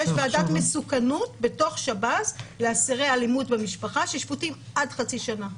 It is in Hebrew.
יש ועדת מסוכנות בתוך שב"ס לאסירי אלימות במשפחה ששפוטים עד חצי שנה.